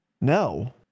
No